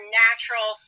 natural